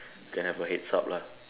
can have a heads up lah